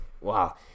wow